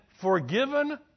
forgiven